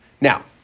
Now